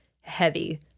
heavy